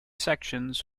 sections